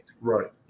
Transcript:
Right